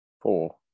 four